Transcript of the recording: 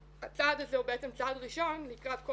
הצעד הזה הוא בעצם צעד ראשון לקראת כל